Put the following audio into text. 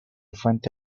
fuente